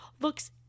looks